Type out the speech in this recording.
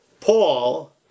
Paul